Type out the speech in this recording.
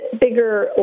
bigger